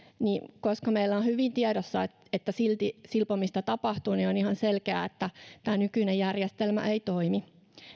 niin koska meillä on hyvin tiedossa että silti silpomista tapahtuu on ihan selkeää että tämä nykyinen järjestelmä ei toimi